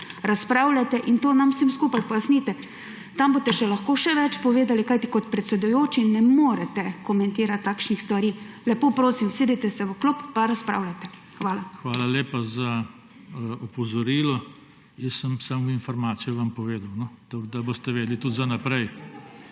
razpravljate in to nam vsem skupaj pojasnite. Tam boste lahko še več povedali, kajti kot predsedujoči ne morete komentirati takšnih stvari. Lepo prosim, usedite se v klop pa razpravljajte. Hvala. **PODPREDSEDNIK JOŽE TANKO:** Hvala lepa za opozorilo. Jaz sem vam samo informacijo povedal, da boste vedeli tudi za naprej.